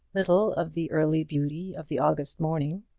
little of the early beauty of the august morning.